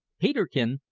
peterkin,